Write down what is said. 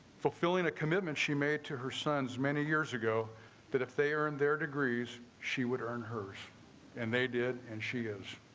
fulfilling a commitment. she made to her sons many years ago that if they earned their degrees. she would earn hers and they did. and she is